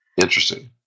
Interesting